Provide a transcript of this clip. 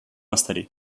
installés